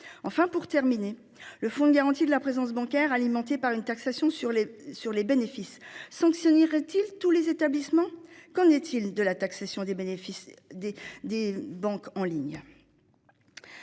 Enfin pour terminer le fonds de garantie de la présence bancaire alimenté par une taxation sur les sur les bénéfices sanctionneraient-ils tous les établissements. Qu'en est-il de la taxation des bénéfices des des banques en ligne.